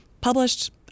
published